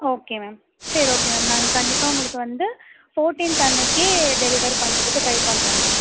okay ma'am சரி okay ma'am நாங்கள் கண்டிப்பாக உங்களுக்கு வந்து ஃபோர்ட்டின்த் அன்னக்கு டெலிவர் பண்ணுறதுக்கு ட்ரை பண்ணுறோம் மேம்